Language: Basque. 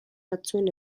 batzuen